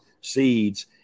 seeds